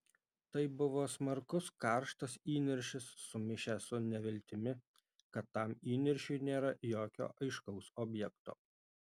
tai buvo smarkus karštas įniršis sumišęs su neviltimi kad tam įniršiui nėra jokio aiškaus objekto